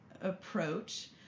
approach